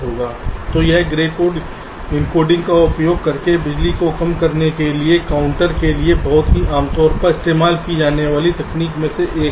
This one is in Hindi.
तो यह ग्रे कोड एन्कोडिंग का उपयोग करके बिजली को कम करने के लिए काउंटर के लिए बहुत ही आमतौर पर इस्तेमाल की जाने वाली तकनीकों में से एक है